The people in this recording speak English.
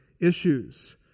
issues